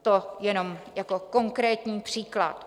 To jenom jako konkrétní příklad.